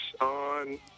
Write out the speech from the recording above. on